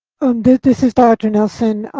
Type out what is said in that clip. but this is dr. nelson.